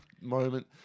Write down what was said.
moment